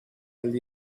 will